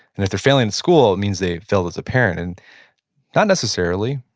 and if they're failing in school, it means they failed as a parent, and not necessarily,